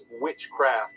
witchcraft